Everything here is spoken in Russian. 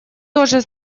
тоже